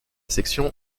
section